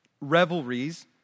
Revelries